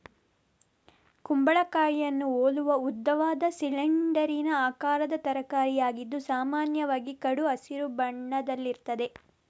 ಕುಂಬಳಕಾಯಿಯನ್ನ ಹೋಲುವ ಉದ್ದವಾದ, ಸಿಲಿಂಡರಿನ ಆಕಾರದ ತರಕಾರಿಯಾಗಿದ್ದು ಸಾಮಾನ್ಯವಾಗಿ ಕಡು ಹಸಿರು ಬಣ್ಣದಲ್ಲಿರ್ತದೆ